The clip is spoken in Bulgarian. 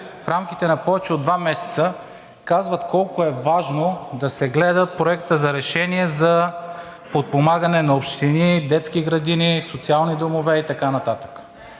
в рамките на повече от два месеца казват колко е важно да се гледа Проектът за решение за подпомагане на общини, детски градини, социални домове и така нататък.